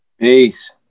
Peace